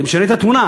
זה משנה את התמונה.